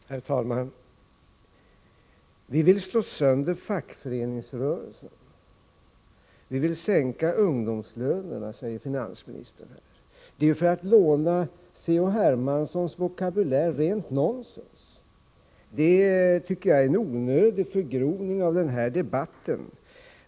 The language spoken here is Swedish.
Herr talman! Vi vill slå sönder fackföreningsrörelsen och vi vill brutalt sänka ungdomslönerna, säger finansministern. Det är, för att låna C.-H. Hermanssons vokabulär, rent nonsens. Jag tycker att det är en onödig förgrovning av den här debatten.